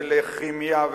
ולכימיה,